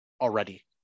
already